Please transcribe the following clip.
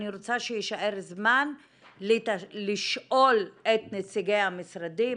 אני רוצה שיישאר זמן לשאול את נציגי המשרדים